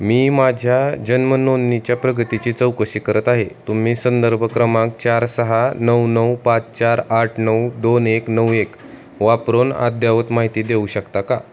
मी माझ्या जन्म नोंदणीच्या प्रगतीची चौकशी करत आहे तुम्ही संदर्भ क्रमांक चार सहा नऊ नऊ पाच चार आठ नऊ दोन एक नऊ एक वापरून अद्ययावत माहिती देऊ शकता का